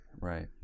Right